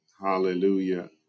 Hallelujah